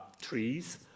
trees